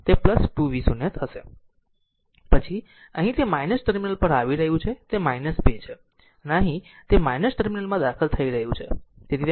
પછી અહીં તે ટર્મિનલ પર આવી રહ્યું છે તેથી 2 છે અને અહીં તે r ટર્મિનલમાં દાખલ થઈ રહ્યું છે